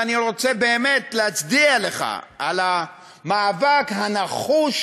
ואני רוצה באמת להצדיע לך על המאבק הנחוש,